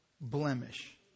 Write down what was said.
blemish